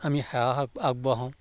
আমি সেৱা হ'ক আগবঢ়াওঁ